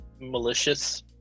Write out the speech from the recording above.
Malicious